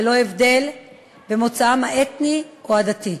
ללא הבדל במוצאם האתני או הדתי.